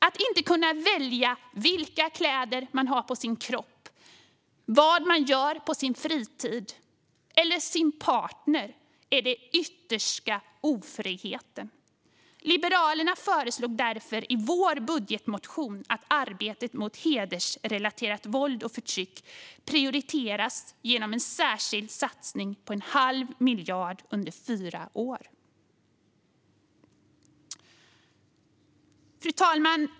Att inte kunna välja vilka kläder man har på sin kropp, vad man gör på sin egen fritid eller sin partner är den yttersta ofriheten. Vi i Liberalerna föreslog därför i vår budgetmotion att arbetet mot hedersrelaterat våld och förtryck skulle prioriteras genom en särskild satsning på en halv miljard under fyra år. Fru talman!